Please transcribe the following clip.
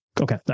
Okay